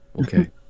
Okay